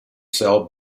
sell